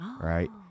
right